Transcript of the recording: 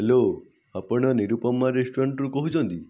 hello ଆପଣ ନିରୂପମା ରେଷ୍ଟୁରାଣ୍ଟରୁ କହୁଛନ୍ତି